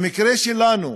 במקרה שלנו,